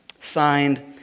Signed